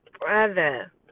Brother